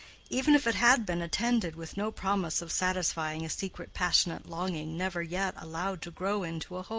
even if it had been attended with no promise of satisfying a secret passionate longing never yet allowed to grow into a hope.